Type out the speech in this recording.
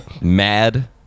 mad